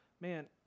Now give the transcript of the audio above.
Man